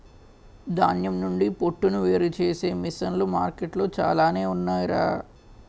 ధాన్యం నుండి పొట్టును వేరుచేసే మిసన్లు మార్కెట్లో చాలానే ఉన్నాయ్ రా